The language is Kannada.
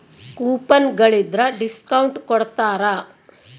ಕೂಪನ್ ಗಳಿದ್ರ ಡಿಸ್ಕೌಟು ಕೊಡ್ತಾರ